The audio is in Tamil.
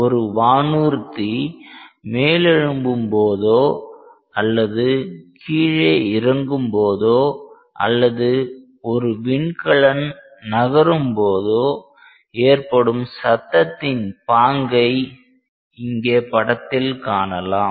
ஒரு வானூர்தி மேலெழும்பும் போதோ அல்லது கீழே இறங்கும் போதோ அல்லது ஒரு விண்கலன் நகரும் போதோ ஏற்படும் சத்தத்தின் பாங்கை இங்கே படத்தில் காணலாம்